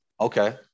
Okay